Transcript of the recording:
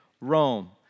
Rome